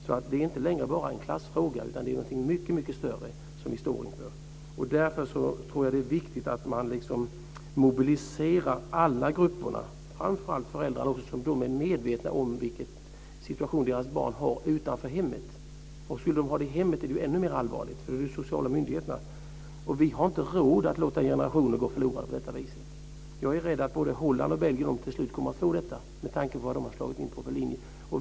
Detta är alltså inte längre bara en klassfråga, utan detta är något mycket större som vi står inför. Därför tror jag att det är viktigt att man mobiliserar alla grupper, framför allt föräldrar. De är medvetna om vilken situation deras barn har utanför hemmet. Skulle de ha det så i hemmet är det ännu mer allvarligt. Då är det de sociala myndigheternas sak. Vi har inte råd att låta generationer gå förlorade på det här viset. Jag är rädd för att både Holland och Belgien till slut kommer att få det så med tanke på den linje de har slagit in på.